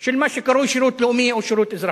של מה שקרוי שירות לאומי או שירות אזרחי.